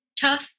tough